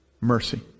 mercy